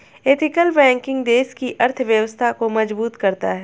ethical banking देश की अर्थव्यवस्था को मजबूत करता है